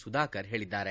ಸುಧಾಕರ್ ಹೇಳಿದ್ದಾರೆ